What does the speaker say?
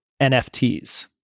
NFTs